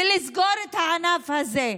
ולסגור את הענף הזה.